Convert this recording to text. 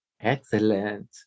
Excellent